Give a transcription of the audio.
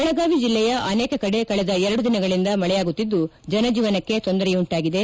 ಬೆಳಗಾವಿ ಜಿಲ್ಲೆಯ ಅನೇಕಕಡೆ ಕಳೆದ ಎರಡು ದಿನಗಳಿಂದ ಮಳೆಯಾಗುತ್ತಿದ್ದು ಜನಜೀವನಕ್ಕೆ ತೊಂದರೆಯುಂಟಾಗಿದೆ